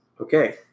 Okay